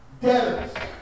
Debtors